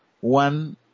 One